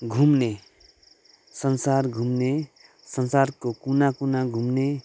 घुम्ने संसार घुम्ने संसारको कुना कुना घुम्ने